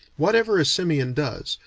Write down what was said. whatever a simian does,